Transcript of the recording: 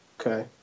Okay